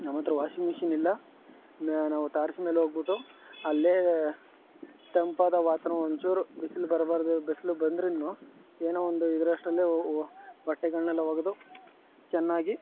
ನಮ್ಮ ಹತ್ರ washing machine ಇಲ್ಲ ನಾವು ತಾರಸಿ ಮೇಲೆ ಹೋಗ್ಬಿಟ್ಟು ಅಲ್ಲೇ ತಂಪಾದ ವಾತಾವರ್ಣ ಒಂಚೂರು ಬಿಸಿಲು ಬರಬಾರ್ದು ಬಿಸಿಲು ಬಂದ್ರೂ ಏನೋ ಒಂದು ಇದ್ರಷ್ಟರಲ್ಲಿ ಒ ಒ ಬಟ್ಟೆಗಳನ್ನೆಲ್ಲ ಒಗೆದು ಚೆನ್ನಾಗಿ